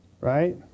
right